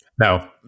No